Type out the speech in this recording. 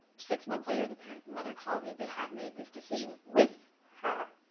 six months later the mother called me. they had made this decision with her.